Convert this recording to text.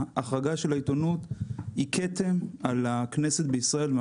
ההחרגה של העיתונות היא כתם על הכנסת בישראל.